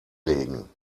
legen